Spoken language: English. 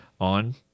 on